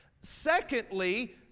Secondly